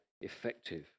effective